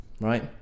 right